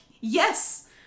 yes